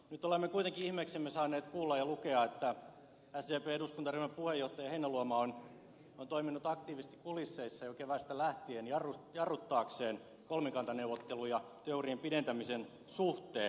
nyt olemme kuitenkin ihmeeksemme saaneet kuulla ja lukea että sdpn eduskuntaryhmän puheenjohtaja heinäluoma on toiminut aktiivisesti kulisseissa jo keväästä lähtien jarruttaakseen kolmikantaneuvotteluja työurien pidentämisen suhteen